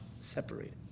separated